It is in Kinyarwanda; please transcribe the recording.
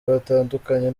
batandukanye